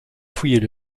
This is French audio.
fouiller